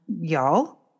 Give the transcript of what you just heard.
Y'all